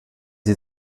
sie